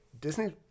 Disney